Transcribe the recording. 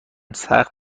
سخت